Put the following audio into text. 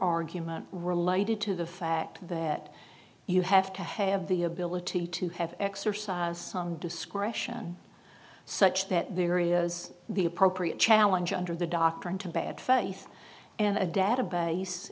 argument related to the fact that you have to have the ability to have exercise some discretion such that the areas the appropriate challenge under the doctrine to bad faith and a database